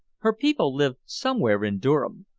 her people lived somewhere in durham.